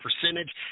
percentage